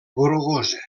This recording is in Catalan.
grogosa